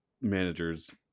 managers